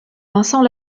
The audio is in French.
vincent